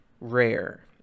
rare